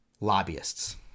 lobbyists